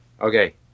Okay